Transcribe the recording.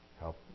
Help